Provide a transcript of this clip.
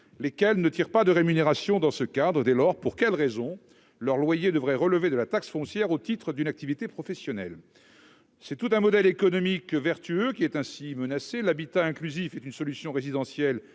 lesquels ne tirent pas de rémunération dans ce cadre. Dès lors, pour quelle raison leurs loyers devraient-ils relever de la taxe foncière au titre d'une activité professionnelle ? C'est tout un modèle économique vertueux qui est ainsi menacé : l'habitat inclusif constitue une solution résidentielle